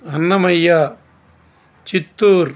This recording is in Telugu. అన్నమయ్య చిత్తూరు